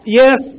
yes